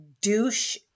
douche